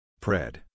PRED